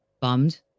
bummed